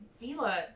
Vila